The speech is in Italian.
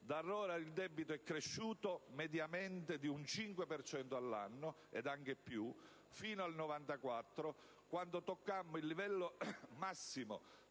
Da allora il debito è cresciuto mediamente di un 5 per cento all'anno, ed anche più, fino al 1994, quando toccammo il livello massimo